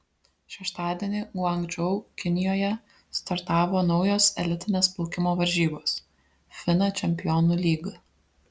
šeštadienį guangdžou kinijoje startavo naujos elitinės plaukimo varžybos fina čempionų lyga